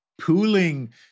pooling